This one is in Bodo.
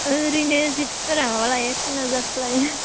ओरैनो जिपसिफोरा माबा लायो थिन हाजारसो लायो